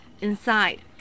inside